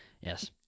Yes